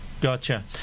gotcha